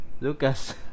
Lucas